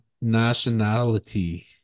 nationality